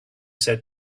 said